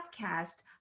podcast